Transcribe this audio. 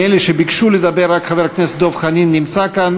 מאלה שביקשו לדבר רק חבר הכנסת דב חנין נמצא כאן.